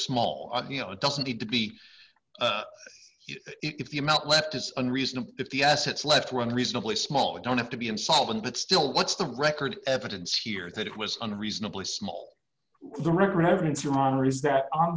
small you know it doesn't need to be if the amount left is unreasonable if the assets left run reasonably small they don't have to be insolvent but still what's the record evidence here that it was unreasonably small th